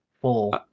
full